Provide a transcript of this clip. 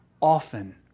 often